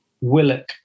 Willock